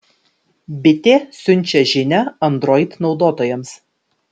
bitė siunčia žinią android naudotojams